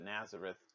Nazareth